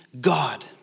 God